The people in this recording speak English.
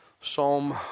Psalm